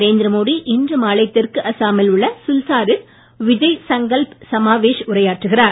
நரேந்திரமோடி இன்று மாலை தெற்கு அசாமில் உள்ள சில்சாரில் விஜய் சங்கல்ப் சமாவேஷ் உரையாற்றுகிறார்